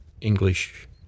English